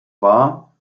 war